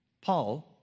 Paul